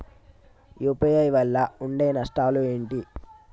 UPI వల్ల ఉండే నష్టాలు ఏంటి??